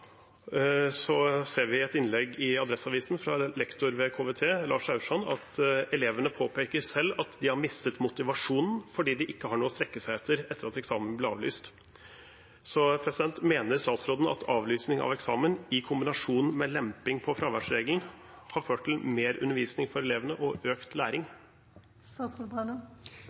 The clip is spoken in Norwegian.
et innlegg i Adresseavisen fra lektor Lars Aursand ved Kristen videregående skole Trøndelag, KVT, at elevene selv påpeker at de har mistet motivasjonen fordi de ikke har noe å strekke seg etter etter at eksamen ble avlyst. Mener statsråden at avlysning av eksamen i kombinasjon med lemping på fraværsregelen har ført til mer undervisning for elevene og økt læring?